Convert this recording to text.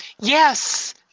Yes